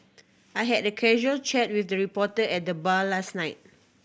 I had a casual chat with a reporter at the bar last night